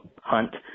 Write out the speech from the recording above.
hunt